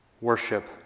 worship